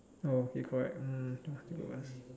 oh okay correct mm